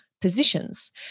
positions